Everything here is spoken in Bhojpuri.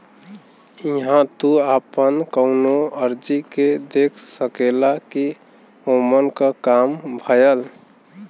इहां तू आपन कउनो अर्जी के देख सकेला कि ओमन क काम भयल